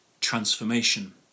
transformation